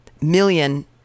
million